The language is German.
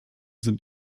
sind